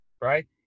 right